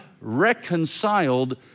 reconciled